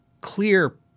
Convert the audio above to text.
clear